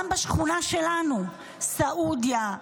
גם בשכונה שלנו סעודיה,